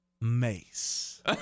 mace